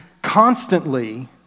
constantly